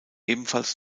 ebenfalls